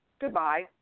goodbye